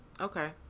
okay